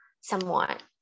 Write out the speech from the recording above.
somewhat